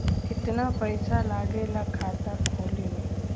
कितना पैसा लागेला खाता खोले में?